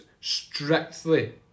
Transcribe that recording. strictly